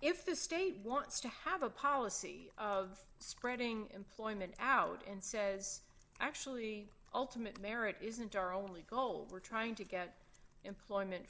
if the state wants to have a policy of spreading employment out and says actually ultimate merit isn't our only goal we're trying to get employment